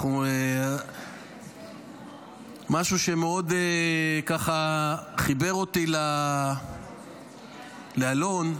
משהו שמאוד חיבר אותי לאלון,